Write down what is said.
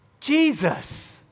Jesus